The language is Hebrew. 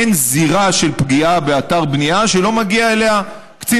אין זירה של פגיעה באתר בנייה שלא מגיע אליה קצין